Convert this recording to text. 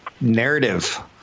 narrative